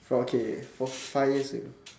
okay from five years ago